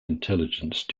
intelligence